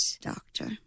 doctor